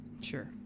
Sure